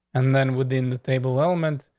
and then within the table element,